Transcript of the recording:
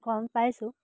গম পাইছোঁ